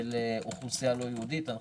אנחנו